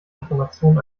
information